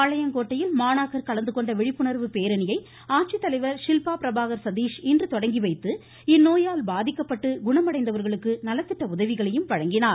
பாளையங்கோட்டையில் மாணாக்கர் கலந்துகொண்ட விழிப்புணர்வு பேரணியை ஆட்சித்தலைவர் ஷில்பா பிரபாகர் சதீஷ் இன்று தொடங்கி வைத்து இந்நோயால் பாதிக்கப்பட்டு குணமடைந்தவர்களுக்கு நலத்திட்ட உதவிகளையும் வழங்கினார்